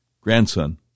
grandson